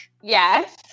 Yes